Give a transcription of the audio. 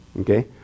Okay